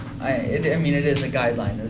and i mean, it is a guideline.